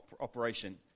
operation